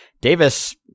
Davis